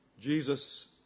Jesus